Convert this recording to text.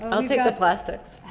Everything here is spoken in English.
um take the plastics.